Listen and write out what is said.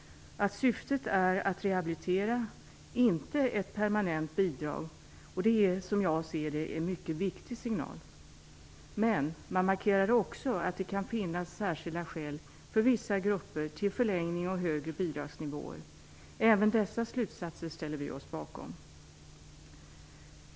Syftet är att rehabilitera, inte att ge ett permanent bidrag. Det är som jag ser det en mycket viktig signal. Men man markerade också att det kan finnas särskilda skäl för vissa grupper till förlängning och högre bidragsnivåer. Även dessa slutsatser ställer vi oss bakom.